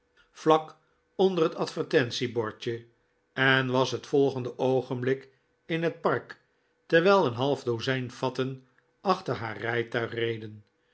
vlak onder het advertentiebordje en was het volgende oogenblik in het park terwijl een half dozijn fatten achter haar rijtuig reden